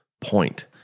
point